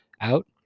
out